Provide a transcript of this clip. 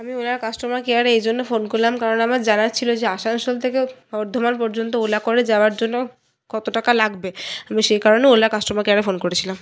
আমি ওলার কাস্টমার কেয়ারে এই জন্য ফোন করলাম কারণ আমার জানার ছিল যে আসানসোল থেকে বর্ধমান পর্যন্ত ওলা করে যাওয়ার জন্য কত টাকা লাগবে আমি সেই কারণে ওলা কাস্টমার কেয়ারে ফোন করেছিলাম